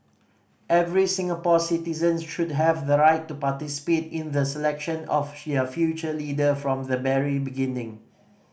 every Singapore citizen should have the right to participate in the selection of future leader from the very beginning